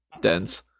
dense